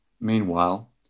meanwhile